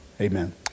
Amen